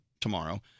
tomorrow